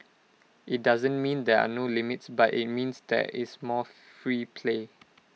IT doesn't mean there are no limits but IT means there is more free play